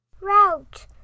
Route